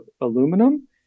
aluminum